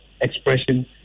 expression